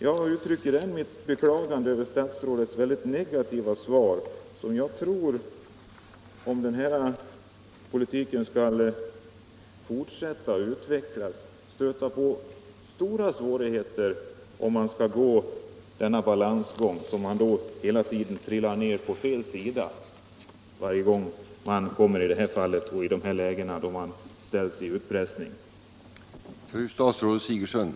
Jag uttrycker härmed mitt beklagande över statsrådets mycket negativa svar. Om den här politiken fullföljs och utvecklas tror jag att vi kommer att Nr 48 stöta på stora svårigheter. Det är en balansgång där man hela tiden trillar Torsdagen den ned på fel sida då man utsätts för utpressning som i det här fallet. 3 april 1975